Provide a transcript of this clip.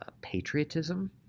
patriotism